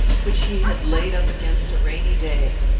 which he had laid up against a rainy day.